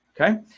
Okay